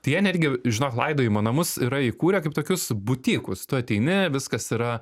tai jie netgi žinok laidojimo namus yra įkūrę kaip tokius butikus tu ateini viskas yra